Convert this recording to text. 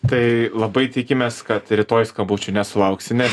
tai labai tikimės kad rytoj skambučių nesulauksime